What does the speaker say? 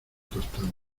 tostada